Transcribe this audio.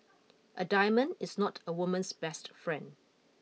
a diamond is not a woman's best friend